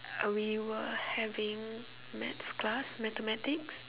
we were having maths class mathematics